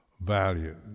values